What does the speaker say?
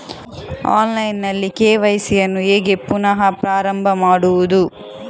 Online ನಲ್ಲಿ KYC ಯನ್ನು ಹೇಗೆ ಪುನಃ ಪ್ರಾರಂಭ ಮಾಡುವುದು?